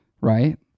right